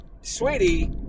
sweetie